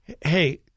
hey